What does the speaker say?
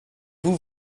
vous